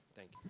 thank